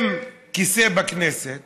אם כיסא בכנסת